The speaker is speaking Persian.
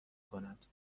کند